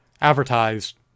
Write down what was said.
advertised